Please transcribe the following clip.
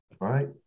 right